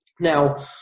Now